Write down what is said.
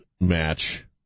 match